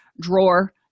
drawer